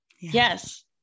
Yes